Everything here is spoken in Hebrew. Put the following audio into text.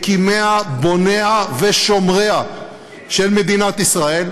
מקימיה, בוניה ושומריה של מדינת ישראל,